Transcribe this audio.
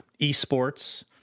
esports